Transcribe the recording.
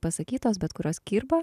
pasakytos bet kurios kirba